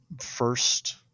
first